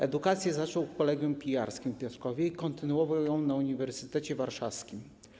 Edukację zaczął w kolegium pijarskim w Piotrkowie i kontynuował ją na Uniwersytecie Warszawskim.